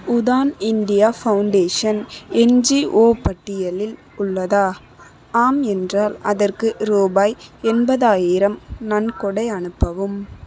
Udaan India foundation NGO பட்டியலில் உள்ளதா ஆம் என்றால் அதற்கு ரூபாய் எண்பதாயிரம் நன்கொடை அனுப்பவும்